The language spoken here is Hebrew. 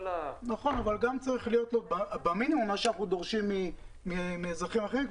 --- אבל חייב לו במינימום מה שאנחנו דורשים מאזרחים אחרים,